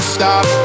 Stop